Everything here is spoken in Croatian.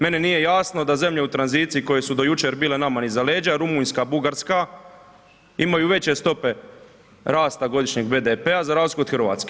Meni nije jasno da zemlje u tranziciji koje su do jučer bile nama iza leđa, Rumunjska, Bugarska, imaju veće stope rasta godišnjeg BDP-a za razliku od Hrvatske.